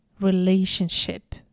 relationship